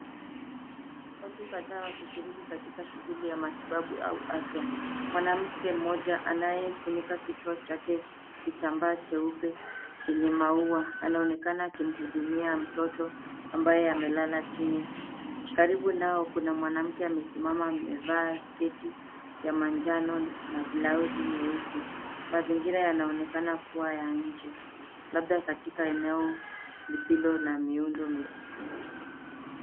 Watu kadhaa wakishiriki katika shughuli ya matibabu au afya. Mwanamke mmoja anayefunika kichwa chake kitambaa jeupe chenye maua anaonekana akimhudumia mtoto ambaye amelala chini. Karibu nao kuna mwanamke amesimama, amevaa sketi ya manjano na blausi nyeusi. Mazingira yanaonekana kuwa ya nje labda katika eneo lisilo na miundo mikuu.